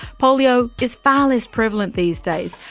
polio is far less prevalent these days,